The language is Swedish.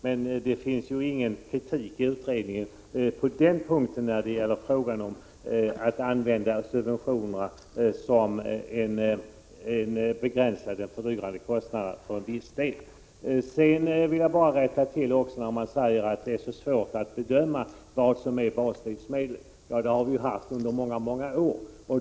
Men utredningen har inte kritiserat användningen av subventioner för att begränsa fördyringen av baslivsmedel, utan tvärtom uttalat att vill man minska momsens fördyrande inverkan på ett begränsat livsmedelsområde är subventionssystemet det bästa. Sedan en rättelse med anledning av talet om att det är svårt att bedöma vad som är baslivsmedel. Vi har ju haft begreppet baslivsmedel under många år.